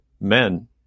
men